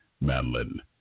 Madeline